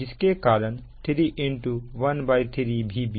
जिसके कारण 3 13 Vb